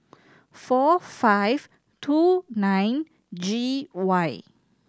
four five two nine G Y